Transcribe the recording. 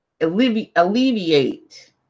alleviate